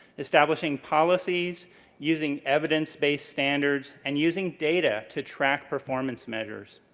establishing policies using evidence-based standards, and using data to track performance measures.